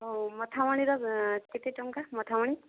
ହଉ ମଥାମଣିର କେତେ ଟଙ୍କା ମଥାମଣି